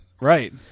right